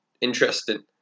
interesting